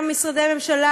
גם משרדי הממשלה.